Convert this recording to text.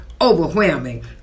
overwhelming